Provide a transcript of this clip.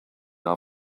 our